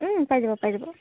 পাই যাব পাই যাব